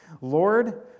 Lord